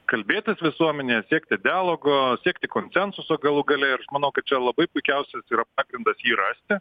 kalbėtis visuomenėje siekti dialogo siekti konsensuso galų gale ir aš manau kad čia labai puikiausias yra pagrindas jį rasti